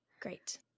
Great